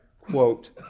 quote